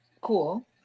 cool